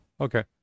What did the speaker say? okay